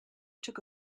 took